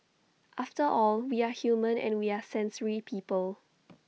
after all we are human and we are sensory people